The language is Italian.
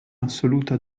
assoluta